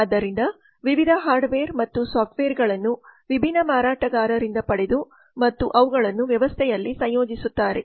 ಆದ್ದರಿಂದ ಅವರು ವಿವಿಧ ಹಾರ್ಡ್ವೇರ್ ಮತ್ತು ಸಾಫ್ಟ್ವೇರ್ಗಳನ್ನು ವಿಭಿನ್ನ ಮಾರಾಟಗಾರರಿಂದ ಪಡೆದು ಮತ್ತು ಅವುಗಳನ್ನು ವ್ಯವಸ್ಥೆಯಲ್ಲಿ ಸಂಯೋಜಿಸುತ್ತಾರೆ